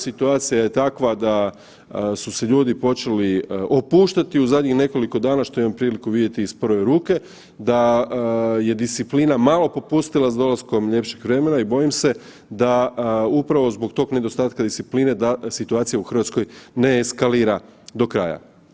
Situacija je takva da su se ljudi počeli opuštati u zadnjih nekoliko dana, što imam priliku vidjeti iz prve ruke, da je disciplina malo popustila s dolaskom ljepšeg vremena i bojim se da upravo zbog tog nedostatka discipline, da situacija u Hrvatskoj ne eskalira do kraja.